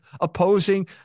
opposing